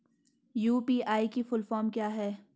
UPI की full form क्या है?